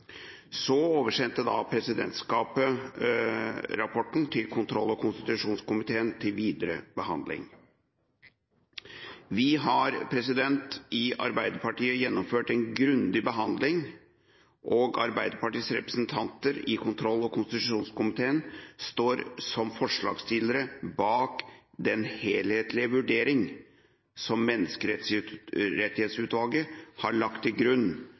så rapporten til kontroll- og konstitusjonskomiteen for videre behandling. Vi har i Arbeiderpartiet gjennomført en grundig behandling, og Arbeiderpartiets representanter i kontroll- og konstitusjonskomiteen står som forslagstillere bak den helhetlige vurdering som Menneskerettighetsutvalget har lagt til grunn